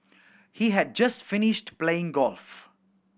he had just finished playing golf